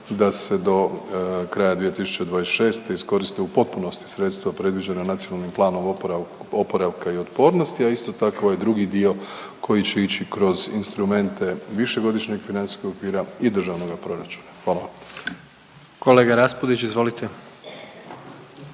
da se do kraja 2026. iskoriste u potpunosti sredstva predviđena NPOO-om, a isto tako ovaj drugi dio koji će ići kroz instrumente Višegodišnjeg financijskog okvira i državnoga proračuna. Hvala. **Jandroković, Gordan